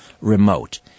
remote